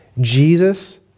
Jesus